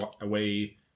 away